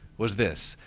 was this,